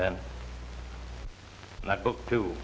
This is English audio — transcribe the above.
then that book to